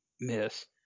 miss